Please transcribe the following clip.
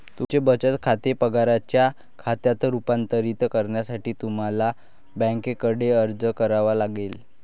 तुमचे बचत खाते पगाराच्या खात्यात रूपांतरित करण्यासाठी तुम्हाला बँकेकडे अर्ज करावा लागेल